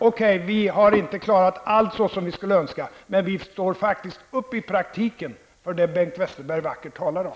Okej, vi har inte klarat allt så som vi skulle önska, men vi står faktiskt upp i praktiken för det Bengt Westerberg vackert talar om.